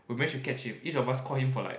we may should catch him each of us call him for like